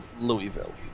Louisville